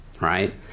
right